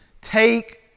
Take